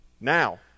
Now